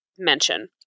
mention